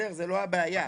זו לא הבעיה,